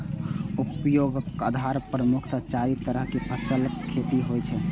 उपयोगक आधार पर मुख्यतः चारि तरहक फसलक खेती होइ छै